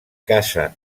casa